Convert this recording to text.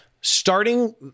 Starting